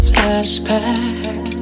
Flashback